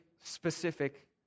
specific